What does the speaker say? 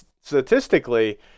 Statistically